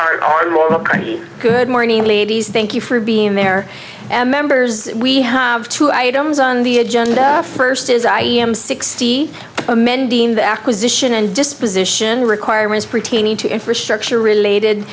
or more of a pretty good morning ladies thank you for being there and members we have two items on the agenda first is i am sixty amending the acquisition and disposition requirements pretty need to infrastructure related